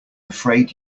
afraid